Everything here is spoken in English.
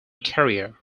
carrier